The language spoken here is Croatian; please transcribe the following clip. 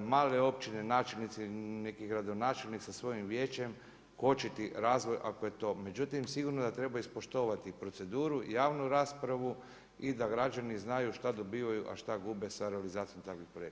male općine, načelnici niti gradonačelnici sa svojim vijećem kočiti razvoj ako je to, međutim sigurno da treba ispoštovati proceduru, javnu raspravu i da građanu znaju šta dobivaju, a šta gube sa realizacijom takvih projekata.